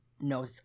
No